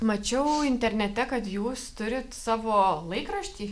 mačiau internete kad jūs turit savo laikraštį